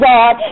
God